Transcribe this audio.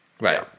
Right